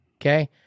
Okay